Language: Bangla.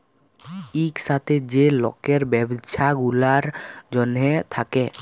ইকসাথে যে লকের ব্যবছা গুলার জ্যনহে থ্যাকে